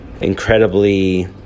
incredibly